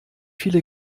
viele